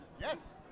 Yes